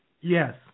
Yes